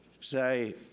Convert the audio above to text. say